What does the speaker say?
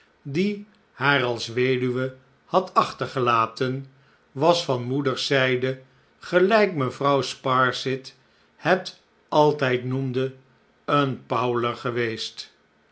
die haar als weduwe had achtergelaten was van moeders zijde gelijk mevrouw sparsit het altijd noemde een powler geweest